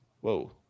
whoa